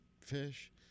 fish